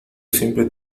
siempre